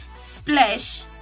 splash